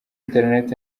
internet